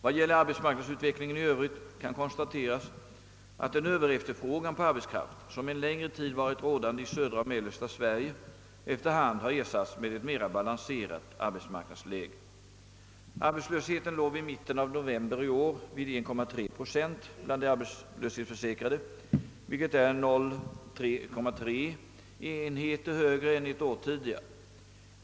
Vad gäller arbetsmarknadsutvecklingen i Övrigt kan konstateras, att den överefterfrågan på arbetskraft, som en längre tid varit rådande i södra och mellersta Sverige, efter hand har ersatts av ett mera balanserat arbetsmarknadsläge. Arbetslösheten låg vid mitten av november i år vid 1,3 procent bland de arbetslöshetsförsäkrade, vilket är 0,3 enheter högre än ett år tidigare.